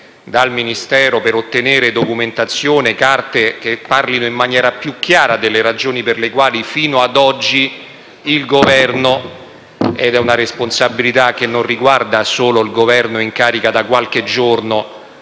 dal Ministero per ottenere documentazioni e carte che parlino in maniera più chiara delle eventuali ragioni sia stato poco fruttuoso. È una responsabilità che non riguarda solo il Governo in carica da qualche giorno,